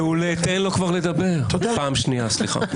מעולה, תן לו כבר לדבר פעם שנייה, סליחה.